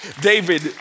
David